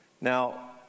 Now